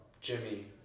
Jimmy